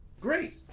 Great